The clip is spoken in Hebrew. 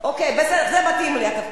אוקיי, זה מתאים לי, התפקיד.